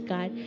God